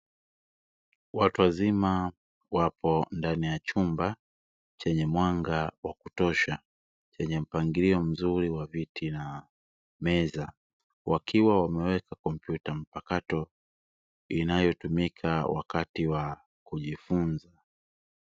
Watu wazima wapo ndani ya chumba chenye mwanga wa kutosha chenye mpangilio mzuri wa viti na meza, wakiwa wameweka kompyuta mpakato inayotumika wakati wa kujifunza.